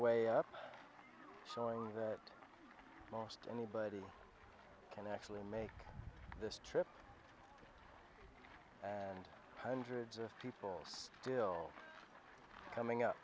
way up showing that most anybody can actually make this trip and hundreds of people still coming up